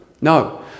no